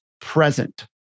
present